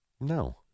No